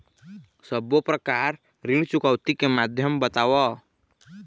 सब्बो प्रकार ऋण चुकौती के माध्यम बताव?